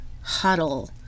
huddle